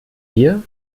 hier